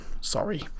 sorry